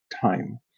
time